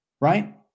right